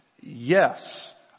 Yes